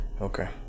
okay